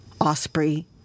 Osprey